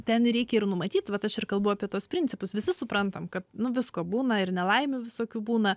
ten reikia ir numatyt vat aš ir kalbu apie tuos principus visi suprantam kad nu visko būna ir nelaimių visokių būna